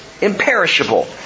imperishable